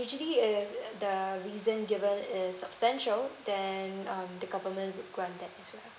usually err the reason given is substantial then um the government grant that also